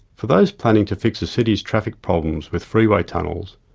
for those planning to fix a city's traffic problems with freeway tunnels,